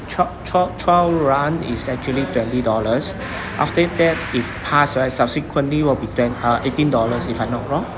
trial trial trial run is actually twenty dollars after that if pass right subsequently will be twen~ uh eighteen dollars if I'm not wrong